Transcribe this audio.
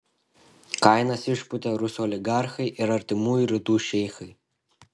kainas išpūtė rusų oligarchai ir artimųjų rytų šeichai